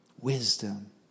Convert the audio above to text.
Wisdom